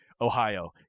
ohio